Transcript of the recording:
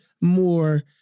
more